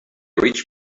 reached